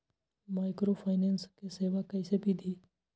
Microfinance के सेवा कइसे विधि?